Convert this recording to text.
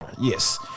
yes